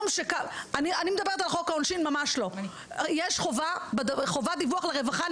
יש חובת דיווח לרווחה,